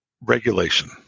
regulation